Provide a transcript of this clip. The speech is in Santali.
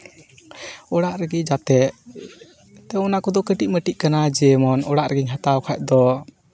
ᱚᱲᱟᱜ ᱨᱮᱜᱤ ᱡᱟᱛᱮ ᱮᱱᱛᱮ ᱚᱱᱟ ᱠᱚᱫᱚ ᱠᱟᱹᱴᱤᱡᱼᱢᱟᱹᱴᱤᱡ ᱠᱟᱱᱟ ᱡᱟᱛᱮ ᱚᱲᱟᱜ ᱨᱮᱜᱤᱧ ᱦᱟᱛᱟᱣ ᱠᱷᱟᱱ ᱫᱚ